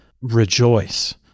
rejoice